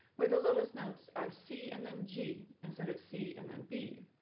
where the lowest notes are c and then g, instead of c and then b.